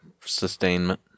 sustainment